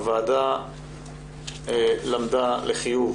הוועדה למדה לחיוב